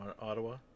Ottawa